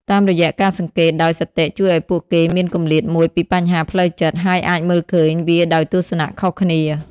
តាមរយៈការសង្កេតដោយ សតិជួយឱ្យពួកគេមានគម្លាតមួយពីបញ្ហាផ្លូវចិត្ត ហើយអាចមើលឃើញវាដោយទស្សនៈខុសគ្នា។